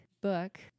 book